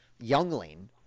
youngling